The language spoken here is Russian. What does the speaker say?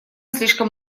слишком